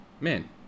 Man